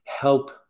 help